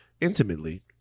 intimately